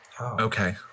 okay